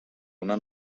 una